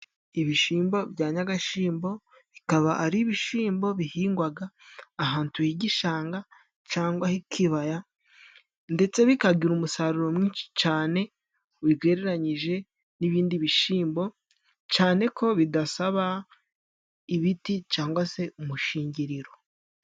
Ibishimbo bya nyagashyimbo, bikaba ari ibishimbo bihingwaga ahantu h'igishanga. Cangwa h'ikibaya ndetse, bikagira umusaruro mwinshi cane ubigereranyije n'ibindi bishimbo. Cane ko bidasaba ibiti cangwa se umushingiriro.